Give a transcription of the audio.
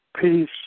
peace